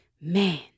man